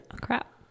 Crap